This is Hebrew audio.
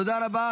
תודה רבה.